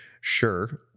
Sure